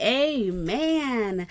amen